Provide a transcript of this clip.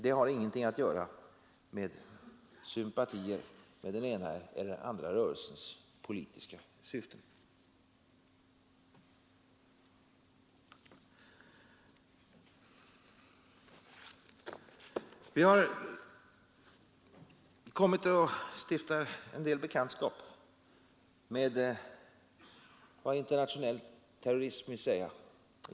Det har ingenting att göra med sympatier för den ena eller den andra rörelsens politiska syften. Vi har under senare år stiftat bekantskap med vad internationell terrorism vill säga.